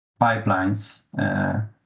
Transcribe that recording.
pipelines